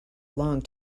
long